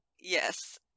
Yes